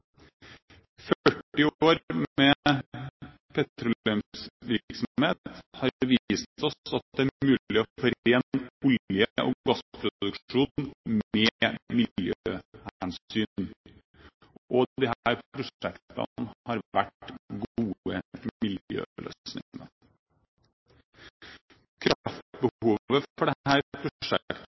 40 år med petroleumsvirksomhet har vist oss at det er mulig å forene olje- og gassproduksjon med miljøhensyn, og disse prosjektene har vært gode miljøløsninger. Kraftbehovet for